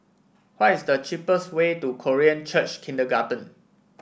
what is the cheapest way to Korean Church Kindergarten